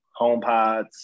HomePods